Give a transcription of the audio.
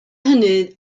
hynny